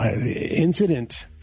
incident